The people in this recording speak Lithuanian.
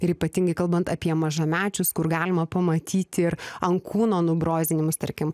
ir ypatingai kalbant apie mažamečius kur galima pamatyti ir ant kūno nubrozdinimus tarkim